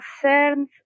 concerns